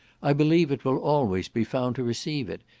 i believe it will always be found to receive it,